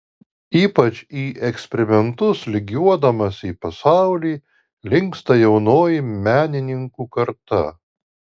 ypač į eksperimentus lygiuodamasi į pasaulį linksta jaunoji menininkų karta